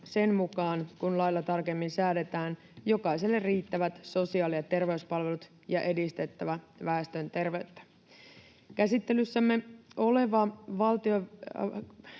sen mukaan kuin lailla tarkemmin säädetään, jokaiselle riittävät sosiaali- ja terveyspalvelut ja edistettävä väestön terveyttä. Käsittelyssämme oleva hallituksen